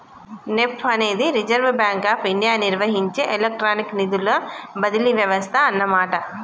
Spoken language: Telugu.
నెప్ప్ అనేది రిజర్వ్ బ్యాంక్ ఆఫ్ ఇండియా నిర్వహించే ఎలక్ట్రానిక్ నిధుల బదిలీ వ్యవస్థ అన్నమాట